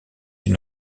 une